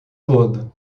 todo